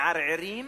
מערערים